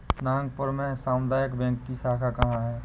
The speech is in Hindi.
नागपुर में सामुदायिक बैंक की शाखा कहाँ है?